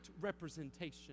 representation